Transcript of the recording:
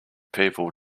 people